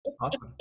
Awesome